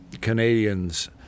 Canadians